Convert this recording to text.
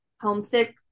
homesick